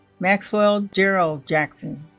maxwell jerell jackson